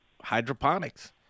hydroponics